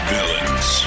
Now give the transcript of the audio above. Villains